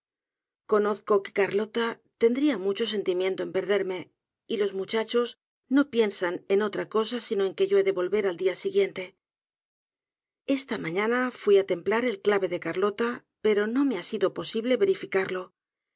conozco que carlota tendría mucho sentimiento en perderme y los muchachos no piensan en otra cosa sino en que yo he de volver al siguiente día esta mañana fui á templar el clave de carlota pero no me ha sido posible verificarlo